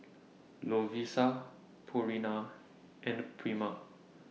Lovisa Purina and Prima